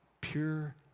pure